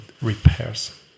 repairs